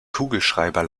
kugelschreiber